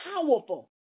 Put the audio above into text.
powerful